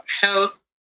health